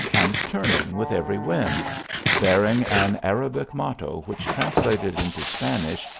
and turning with every wind bearing an arabic motto, which, translated into spanish,